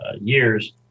years